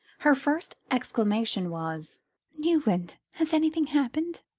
her first exclamation was newland has anything happened?